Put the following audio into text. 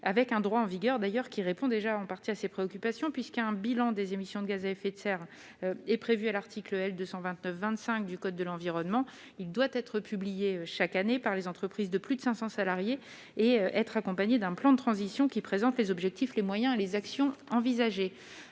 avec un droit en vigueur, d'ailleurs, qui répond déjà en partie à ces préoccupations, puisqu'un bilan des émissions de gaz à effet de serre est prévue à l'article L 229 25 du code de l'environnement, il doit être publié chaque année par les entreprises de plus de 500 salariés et être accompagnée d'un plan de transition qui présente les objectifs, les moyens et les actions envisagées